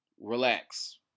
relax